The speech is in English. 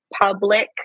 public